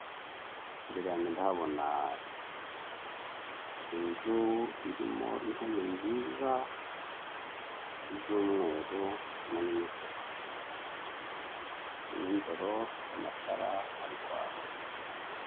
Imbere yanjye ndahabona inzu irimo intebe nziza, z'umweru, harimo n'imisego. Ni nijoro amatara ari kwaka.